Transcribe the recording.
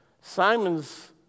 Simon's